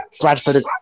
Bradford